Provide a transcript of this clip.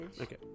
Okay